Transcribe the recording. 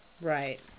Right